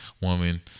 woman